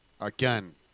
again